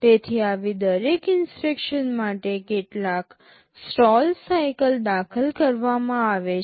તેથી આવી દરેક ઇન્સટ્રક્શન માટે કેટલાક સ્ટોલ સાઇકલ દાખલ કરવામાં આવશે